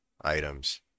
items